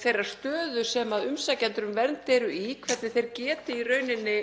þeirrar stöðu sem umsækjendur um vernd eru í, hvernig þeir geti í rauninni